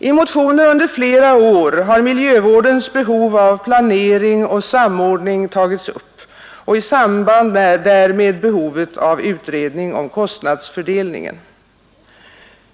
I motioner under flera år har miljövårdens behov av planering och samordning tagits upp och i samband därmed behovet av utredning om kostnadsfördelningen.